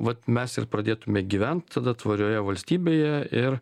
vat mes ir pradėtume gyvent tada tvarioje valstybėje ir